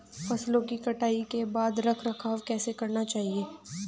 फसलों की कटाई के बाद रख रखाव कैसे करना चाहिये?